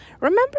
remember